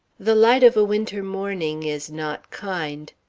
the light of a winter morning is not kind,